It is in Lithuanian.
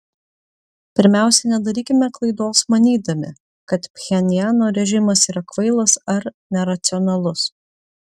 pirmiausia nedarykime klaidos manydami kad pchenjano režimas yra kvailas ar neracionalus